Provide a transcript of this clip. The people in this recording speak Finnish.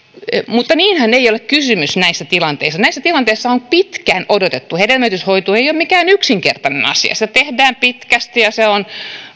mutta siitähän ei ole kysymys näissä tilanteissa näissä tilanteissa sitä on pitkään odotettu hedelmöityshoito ei ole mikään yksinkertainen asia sitä tehdään pitkästi ja se on